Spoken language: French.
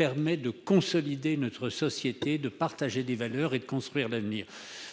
outil de consolidation de notre société, de partage de valeurs et de construction de l'avenir.